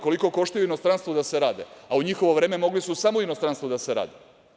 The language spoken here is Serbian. Koliko koštaju u inostranstvu da se rade, a u njihovo vreme mogli su samo u inostranstvu da se rade?